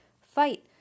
Fight